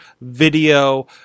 video